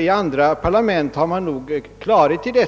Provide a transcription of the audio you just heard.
I andra parlament har man nog klart för sig